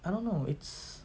I don't know it's